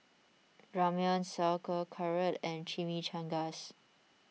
Ramyeon Sauerkraut and Chimichangas